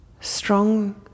strong